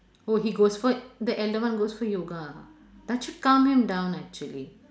oh he goes for the elder one goes for yoga that should calm him down actually